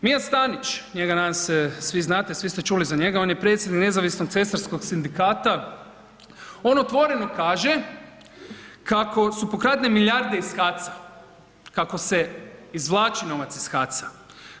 Mijat Stanić, njega nadam se svi znate, svi ste čuli za njega, on je predsjednik Nezavisnog cestarskog sindikata, on otvoreno kaže kako su pokradene milijarde iz HAC-a, kako se izvlači novac iz HAC-a.